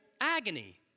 agony